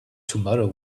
tomorrow